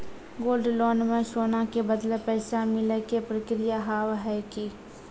Gold loan मे सोना के बदले पैसा मिले के प्रक्रिया हाव है की?